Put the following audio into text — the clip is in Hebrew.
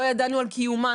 לא ידענו על קיומה,